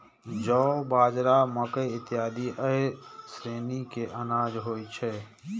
जौ, बाजरा, मकइ इत्यादि एहि श्रेणी के अनाज होइ छै